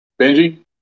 Benji